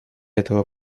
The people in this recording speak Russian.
этого